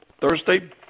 Thursday